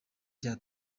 cya